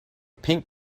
pink